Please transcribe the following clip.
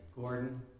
Gordon